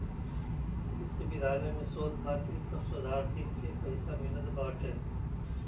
विश्वविद्यालय में शोध खातिर सब शोधार्थीन के पईसा मिलत बाटे